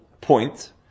point